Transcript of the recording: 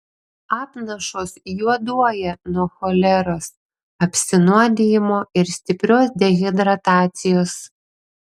apnašos juoduoja nuo choleros apsinuodijimo ir stiprios dehidratacijos